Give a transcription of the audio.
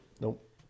Nope